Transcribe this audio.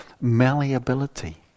malleability